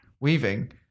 Weaving